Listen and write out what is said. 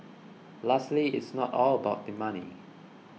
lastly it's not all about the money